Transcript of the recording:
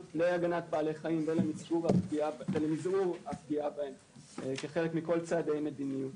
להגנת בעלי חיים ולמזעור הפגיעה בהם כחלק מכל צעדי מדיניות.